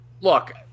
look